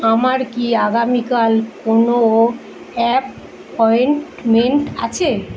আমার কি আগামীকাল কোনো অ্যাপয়েন্টমেন্ট আছে